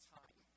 time